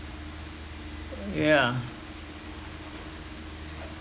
yeah